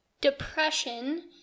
depression